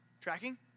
Tracking